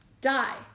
die